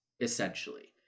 essentially